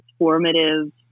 transformative